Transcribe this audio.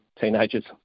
teenagers